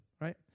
right